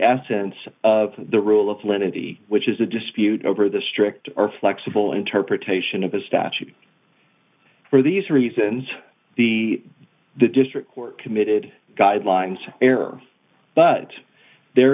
lenity which is a dispute over the strict or flexible interpretation of a statute for these reasons the the district court committed d guidelines error but there